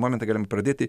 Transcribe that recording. momentą galim pradėti